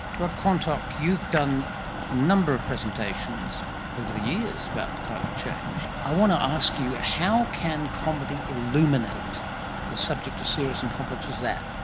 rod quantock, you've done a number of presentations over the years about climate change. i want to ask you, how can comedy illuminate a subject as serious and complex as that?